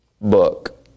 book